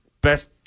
best